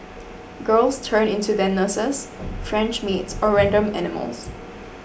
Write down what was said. girls turn into their nurses French maids or random animals